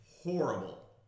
horrible